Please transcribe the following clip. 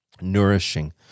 nourishing